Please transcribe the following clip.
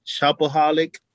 shopaholic